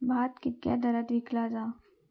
भात कित्क्या दरात विकला जा?